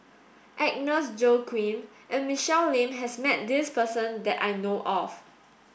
Agnes Joaquim and Michelle Lim has met this person that I know of